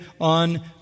on